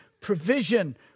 provision